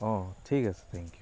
অঁ ঠিক আছে থেংক ইউ